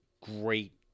great